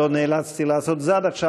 לא נאלצתי לעשות את זה עד עכשיו,